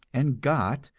and got,